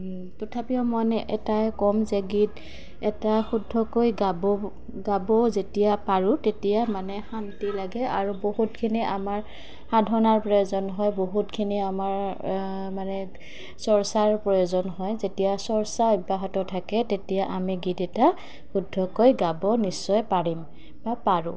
তথাপিও মই এটাই কম যে গীত এটা শুদ্ধকৈ গাব গাব যেতিয়া পাৰোঁ তেতিয়া মানে শান্তি লাগে আৰু বহুতখিনি আমাৰ সাধনাৰ প্ৰয়োজন হয় বহুতখিনি আমাৰ মানে চৰ্চাৰ প্ৰয়োজন হয় যেতিয়া চৰ্চা অব্যাহত থাকে তেতিয়া আমি গীত এটা শুদ্ধকৈ গাব নিশ্চয় পাৰিম বা পাৰোঁ